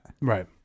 Right